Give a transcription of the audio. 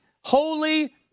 holy